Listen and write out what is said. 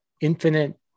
Infinite